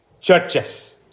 churches